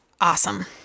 awesome